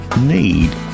need